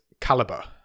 Calibre